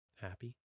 happy